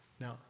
Now